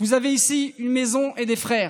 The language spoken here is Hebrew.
(חוזר על המשפט בצרפתית.)